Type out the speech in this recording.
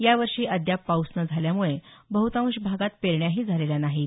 यावर्षी अद्याप पाऊस न झाल्यामुळे बहतांश भागात पेरण्याही झालेल्या नाहीत